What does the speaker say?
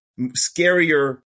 scarier